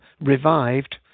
revived